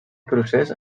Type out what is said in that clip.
procés